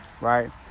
right